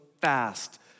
fast